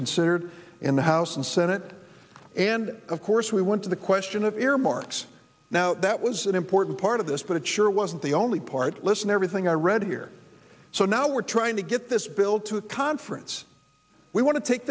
considered in the house and senate and of course we went to the question of earmarks now that was an important part of this but it sure wasn't the only part listen everything i read here so now we're trying to get this bill to conference we want to take